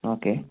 okay